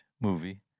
movie